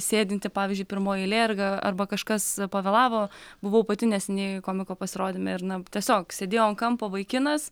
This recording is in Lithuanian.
sėdintį pavyzdžiui pirmoj eilė arga arba kažkas pavėlavo buvau pati neseniai komiko pasirodyme ir na tiesiog sėdėjo ant kampo vaikinas